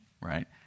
right